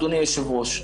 אדוני היושב-ראש,